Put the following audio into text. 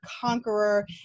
conqueror